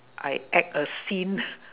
I act a scene